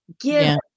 Give